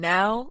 now